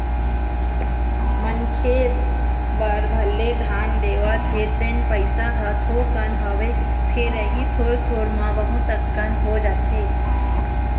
मनखे बर भले दान देवत हे तेन पइसा ह थोकन हवय फेर इही थोर थोर म बहुत अकन हो जाथे